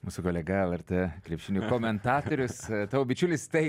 mūsų kolega lrt krepšinio komentatorius tavo bičiulis tai